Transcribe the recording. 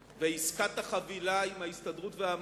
ועסקת החבילה עם ההסתדרות והמעסיקים,